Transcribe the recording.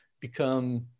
become